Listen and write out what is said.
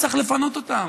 צריך לפנות אותן.